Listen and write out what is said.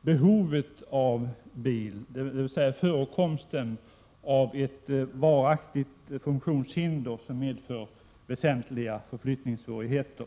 behovet av bil, dvs. förekomsten av ett varaktigt funktionshinder som medför väsentliga förflyttningssvårigheter.